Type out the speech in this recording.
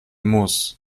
muss